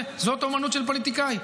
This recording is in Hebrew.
זאת אומנות של פוליטיקאי,